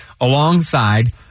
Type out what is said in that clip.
alongside